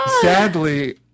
Sadly